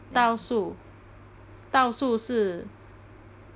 道术是 I don't know what's 道术 I know what's 到处